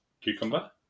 Cucumber